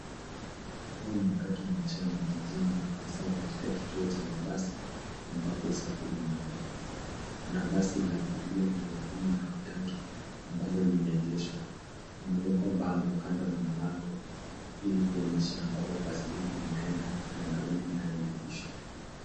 Huu ni wakati wa mchana jijini hasa katika kituo cha mabasi ambapo usafiri unaendelea. Kuna basi la abiria thelathini na watatu ambalo limeegeshwa. Limewekwa bango kando na mlango ili kuonyesha ambapo basi hili linaenda na nauli inayolipishwa.